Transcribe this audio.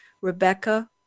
Rebecca